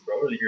bro